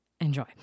Enjoy